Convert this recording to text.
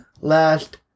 last